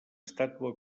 estàtua